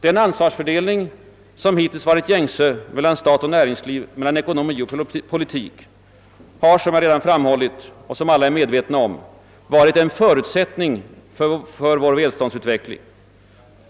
Den ansvarsfördelning som hittills varit gängse mellan stat och näringsliv, mellan ekonomi och politik, har som jag redan framhållit och som alla är medvetna om varit en förutsättning för vår välståndsutveckling.